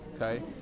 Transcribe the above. okay